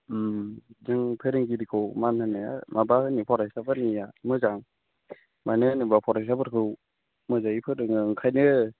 जोंनि फोरोंगिरिखौ मान होनाया माबा जोंनिया फरायसाफोरनिया मोजां मानो होनोब्ला फरायसाफोरखौ मोजाङै फोरोङो ओंखायनो